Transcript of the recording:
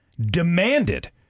demanded